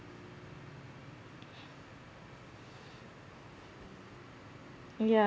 yeah